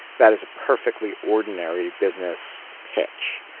that is a perfectly ordinary business pitch.